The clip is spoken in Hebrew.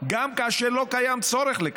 גם כאשר לא קיים צורך בכך,